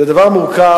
זה דבר מורכב,